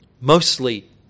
mostly